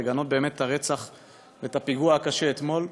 לגנות את הרצח ואת הפיגוע הקשה אתמול.